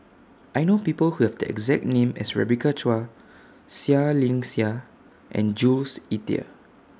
I know People Who Have The exact name as Rebecca Chua Seah Liang Seah and Jules Itier